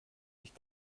mich